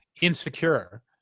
insecure